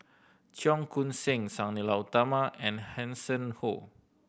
Cheong Koon Seng Sang Nila Utama and Hanson Ho